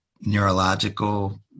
neurological